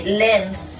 limbs